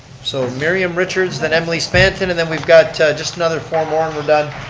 so miriam richards then emily spanton, and then we've got just another four more and we're done.